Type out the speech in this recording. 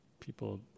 people